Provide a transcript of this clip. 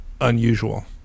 unusual